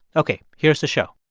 ok. here's the show